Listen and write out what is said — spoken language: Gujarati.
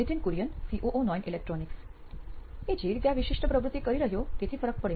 નિથિન કુરિયન સીઓઓ નોઇન ઇલેક્ટ્રોનિક્સ એ જે રીતે આ વિશિષ્ટ પ્રવૃત્તિ કરી રહ્યો તેથી ફરક પડે